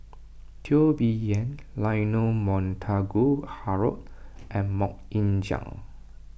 Teo Bee Yen Leonard Montague Harrod and Mok Ying Jang